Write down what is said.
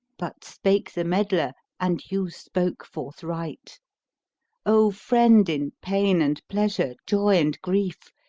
but spake the meddler and you spoke forthright o friend in pain and pleasure, joy and grief,